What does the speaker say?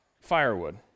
firewood